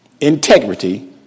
integrity